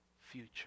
future